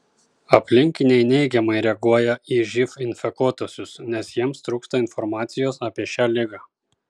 aplinkiniai neigiamai reaguoja į živ infekuotuosius nes jiems trūksta informacijos apie šią ligą